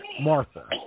Martha